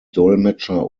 dolmetscher